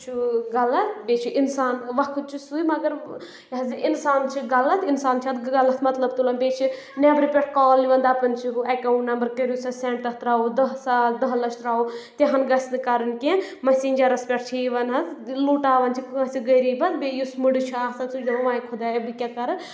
چھُ غَلَط بیٚیہِ چھُ اِنسان وقت چھُ سُے مگر یہِ حظ اِنسان چھِ غلط اِنسان چھِ اَتھ غلط مطلب تُلان بیٚیہِ چھِ نؠبرٕ پؠٹھ کال یِوان دَپان چھِ ہُہ ایٚکاوُنٛٹ نمب کٔرِو سۄ سینٛڈ تَتھ ترٛاوو دٔہ ساس دَہ لَچھ ترٛاوو تِہَن گژھِ نہٕ کَرٕنۍ کینٛہہ میسنٛجرَس پؠٹھ چھِ یِوان حظ لُٹاوان چھِ کٲنٛسہِ غریٖب حظ بیٚیہِ یُس مُڈٕ چھُ آسان سُہ دَپان واے خۄدایا بہٕ کیاہ کَرٕ